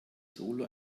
sohle